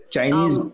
Chinese